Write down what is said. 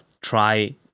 try